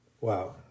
wow